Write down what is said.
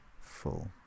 full